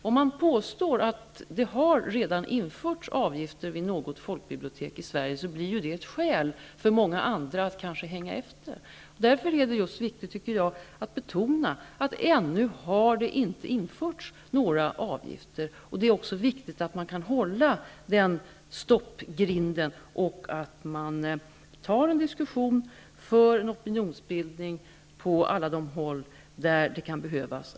Om man påstår att det redan har införts avgifter vid något folkbibliotek i Sverige, blir ju det ett skäl för många andra att hänga efter. Därför är det viktigt att betona, tycker jag, att ännu har det inte införts några avgifter. Det är viktigt att man kan hålla den grinden stängd och att man tar en diskussion för att bilda opinion på alla håll där det kan behövas.